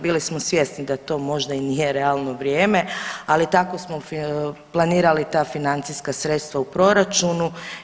Bili smo svjesni da to možda i nije realno vrijeme, ali tako smo planirali ta financijska sredstva u proračunu.